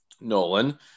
Nolan